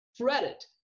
credit